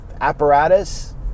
apparatus